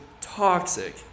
toxic